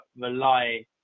rely